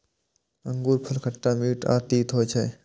अंगूरफल खट्टा, मीठ आ तीत होइ छै